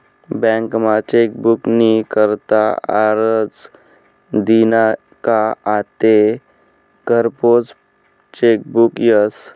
बँकमा चेकबुक नी करता आरजं दिना का आते घरपोच चेकबुक यस